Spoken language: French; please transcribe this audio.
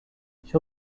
sur